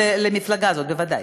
למפלגה הזאת, בוודאי.